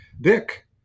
Dick